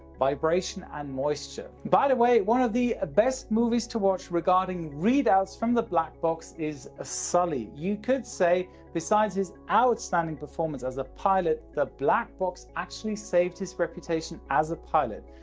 vibration and moisture. by the way, one of the best movies to watch regarding readouts from the black box is ah sully. you could say besides his outstanding performance as a pilot, the black box actually saved his reputation as a pilot,